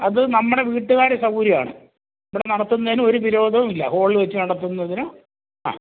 അത് നമ്മുടെ വീട്ടുകാർ സൗകര്യം ആണ് ഇവിടെ നടത്തുന്നതിന് ഒരു വിരോധവും ഇല്ല ഹോളിൽ വെച്ച് നടത്തുന്നതിനും ആ